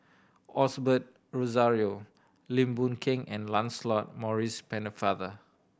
Osbert Rozario Lim Boon Keng and Lancelot Maurice Pennefather